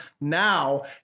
now